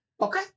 Okay